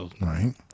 right